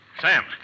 Sam